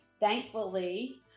thankfully